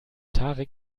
tarek